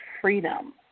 freedom